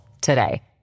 today